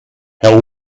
herr